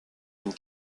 une